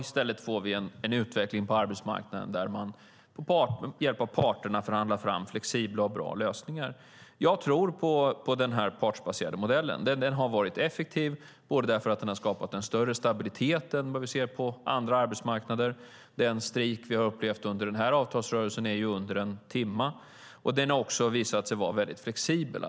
I stället får vi en utveckling på arbetsmarknaden där man med hjälp av parterna förhandlar fram flexibla och bra lösningar. Jag tror på denna partsbaserade modell, som har varit effektiv. Den har skapat en större stabilitet än vad vi ser på andra arbetsmarknader. Den strejk vi upplevt under den här avtalsrörelsen var över på knappt en timme. Modellen har också visat sig vara väldigt flexibel.